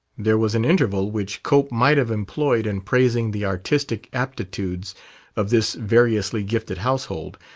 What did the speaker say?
there was an interval which cope might have employed in praising the artistic aptitudes of this variously gifted household,